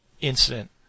incident